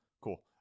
Cool